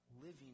living